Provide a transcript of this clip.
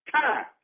time